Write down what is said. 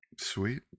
Sweet